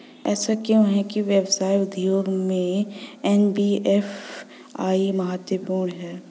ऐसा क्यों है कि व्यवसाय उद्योग में एन.बी.एफ.आई महत्वपूर्ण है?